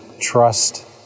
trust